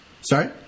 Sorry